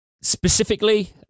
Specifically